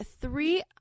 three